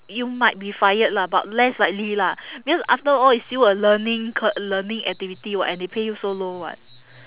you might be fired lah but less likely lah because after all it's still a learning cur~ learning activity [what] and they pay you so low [what]